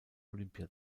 olympia